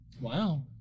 wow